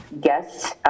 guests